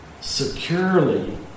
securely